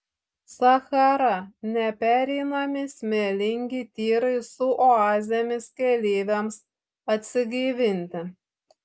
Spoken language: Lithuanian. sachara nepereinami smėlingi tyrai su oazėmis keleiviams atsigaivinti